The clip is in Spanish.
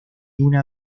una